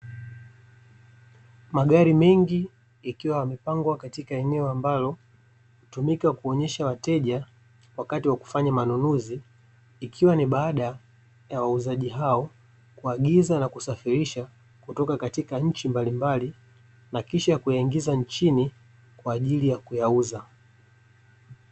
Magari mengi yakiwa yamepangwa katika eneo ambalo, hutumika kuonyesha wateja wakati wa kufanya manunuzi, ikiwa ni baada ya wauzaji hao kuagiza na kusafirisha kutoka katika nchi mbalimbali, na kisha kuyaingiza nchini kwaajili ya kuyauza.